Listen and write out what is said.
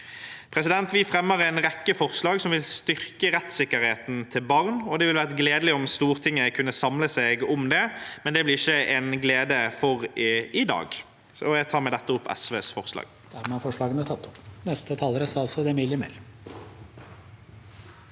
måte. Vi fremmer en rekke forslag som vil styrke rettssikkerheten til barn, og det ville være gledelig om Stortinget kunne samle seg om det, men det blir ikke en glede for i dag. Jeg tar med dette opp forslagene i saken, fra SV